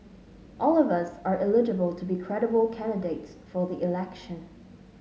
all of us are eligible to be credible candidates for the election